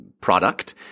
product